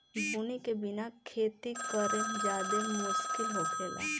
बुनी के बिना खेती करेमे ज्यादे मुस्किल होखेला